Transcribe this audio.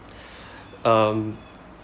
um